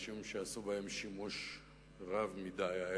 משום שעשו בהן שימוש רב מדי הערב.